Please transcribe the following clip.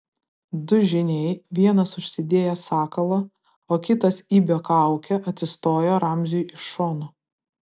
du žyniai vienas užsidėjęs sakalo o kitas ibio kaukę atsistojo ramziui iš šonų